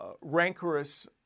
rancorous